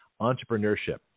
Entrepreneurship